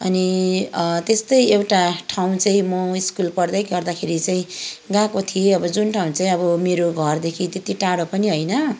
अनि त्यस्तै एउटा ठाउँ चाहिँ म स्कुल पढ्दै गर्दाखेरि चाहिँ गएको थिएँ अब जुन ठाउँ चाहिँ मेरो घरदेखि त्यति टाढो पनि होइन